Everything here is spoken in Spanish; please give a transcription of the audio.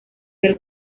del